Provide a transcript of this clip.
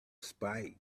spite